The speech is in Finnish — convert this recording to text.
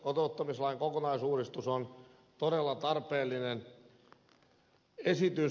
kotouttamislain kokonaisuudistus on todella tarpeellinen esitys